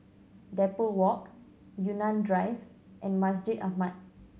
Depot Walk Yunnan Drive and Masjid Ahmad